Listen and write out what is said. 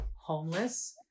homeless